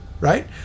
Right